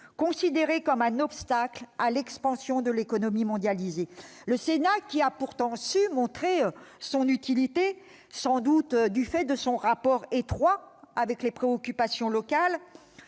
considérée comme un obstacle à l'expansion de l'économie mondialisée. N'exagérons rien ! Le Sénat qui a pourtant su montrer son utilité, sans doute du fait de son rapport étroit avec les préoccupations locales,